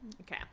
okay